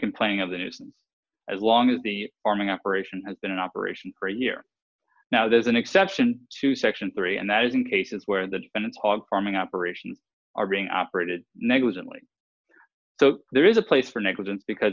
complaining of the news as long as the arming operation has been in operation for a year now there's an exception to section three and that is in cases where the defendant pog farming operations are being operated negligently so there is a place for negligence because